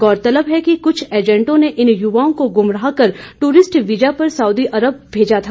गौरतलब है कि कुछ एजेंटों ने इन युवाओं को गुमराह कर टूरिस्ट वीज़ा पर सऊदी अरब भेजा था